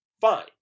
fine